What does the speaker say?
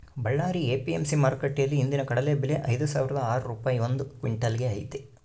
Ballari APMC ಮಾರುಕಟ್ಟೆಯಲ್ಲಿ ಇಂದಿನ ಕಡಲೆ ಬೆಲೆ ಐದುಸಾವಿರದ ಆರು ರೂಪಾಯಿ ಒಂದು ಕ್ವಿನ್ಟಲ್ ಗೆ ಐತೆ